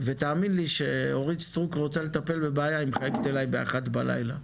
ותאמין לי שכשאורית סטרוק רוצה לטפל בבעיה היא מחייגת אליי באחת בלילה.